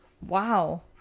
wow